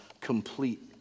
complete